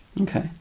Okay